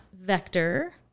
vector